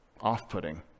off-putting